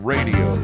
Radio